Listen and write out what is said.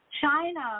China